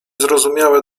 zrozumiałe